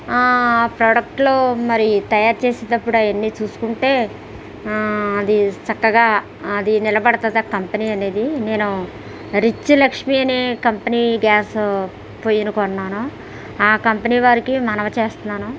ఆ ప్రోడక్ట్లో మరి తయారు చేసేటప్పుడు అవన్ని చూసుకుంటే అది చక్కగా అది నిలబడుతుంది కంపెనీ అనేది నేను రిచ్ లక్ష్మీ అనే కంపెనీ గ్యాస్ పొయ్యిని కొన్నాను ఆ కంపెనీ వారికి మనవి చేస్తున్నాను